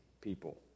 people